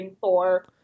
Thor